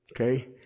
okay